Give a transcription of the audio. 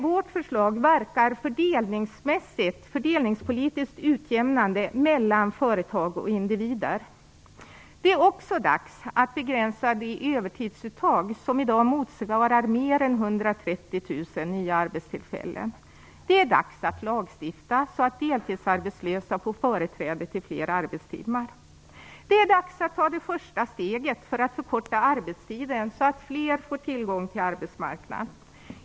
Vårt förslag verkar fördelningspolitiskt utjämnande mellan företag och individer. Det är också dags att begränsa det övertidsuttag som i dag motsvarar mer än 130 000 nya arbetstillfällen. Det är dags att lagstifta så att deltidsarbetslösa får företräde till fler arbetstimmar. Det är dags att ta det första steget för att förkorta arbetstiden, så att fler får tillgång till arbetsmarknaden.